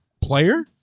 player